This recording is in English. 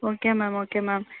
okay ma'am okay ma'am